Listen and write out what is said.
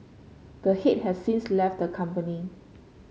the head has since left the company